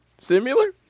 similar